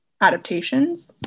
adaptations